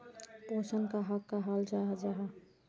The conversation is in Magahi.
पोषण कहाक कहाल जाहा जाहा?